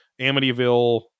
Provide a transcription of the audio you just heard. Amityville